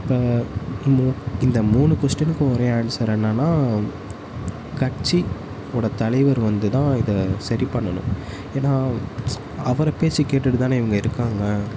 இப்போ இந்த இந்த மூணு கொஸ்டினுக்கும் ஒரே ஆன்சர் என்னான்னால் கட்சியோடய தலைவர் வந்து தான் இதை சரி பண்ணணும் ஏன்னால் அவர் பேசக் கேட்டுகிட்டு தான இவங்க இருக்காங்க